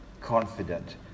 confident